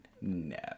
no